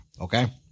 okay